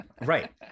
right